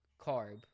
carb